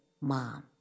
Mom